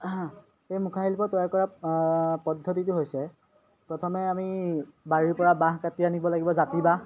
এই মুখাশিল্প তৈয়াৰ কৰা পদ্ধতিটো হৈছে প্ৰথমে আমি বাৰীৰ পৰা বাঁহ কাটি আনিব লাগিব জাতি বাঁহ